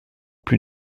plus